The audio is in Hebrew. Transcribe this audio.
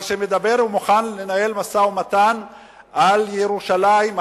אבל שמדבר ומוכן לנהל משא-ומתן על ירושלים,